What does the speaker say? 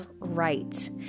right